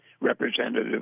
representative